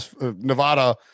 Nevada